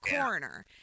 coroner